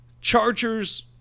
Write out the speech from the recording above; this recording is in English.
Chargers